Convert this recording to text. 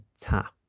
tap